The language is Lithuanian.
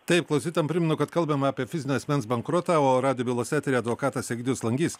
taip klausytojam primenu kad kalbame apie fizinio asmens bankrotą o radoje bylos eteryje advokatas egidijus langys